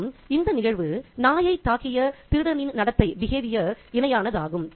மேலும் இந்த நிகழ்வு நாயைத் தாக்கிய திருடனின் நடத்தைக்கு இணையானதாகும்